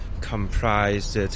comprised